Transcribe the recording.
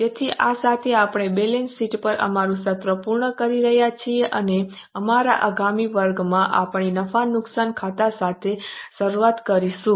તેથી આ સાથે આપણે બેલેન્સ શીટ પર અમારું સત્ર પૂર્ણ કરી રહ્યા છીએ અને અમારા આગામી વર્ગમાં આપણે નફા નુકસાન ખાતા સાથે શરૂઆત કરીશું